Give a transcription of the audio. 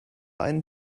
einen